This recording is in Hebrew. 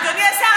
אדוני השר,